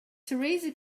theresa